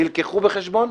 נלקחו בחשבון,